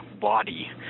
body